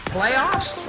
Playoffs